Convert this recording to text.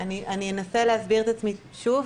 אני אנסה להסביר את עצמי שוב.